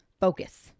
Focus